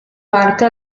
parte